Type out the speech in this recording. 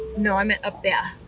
no, i meant up there,